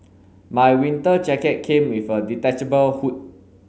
my winter jacket came with a detachable hood